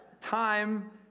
time